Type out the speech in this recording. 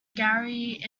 gary